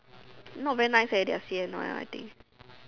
not very nice leh their I think